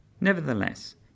Nevertheless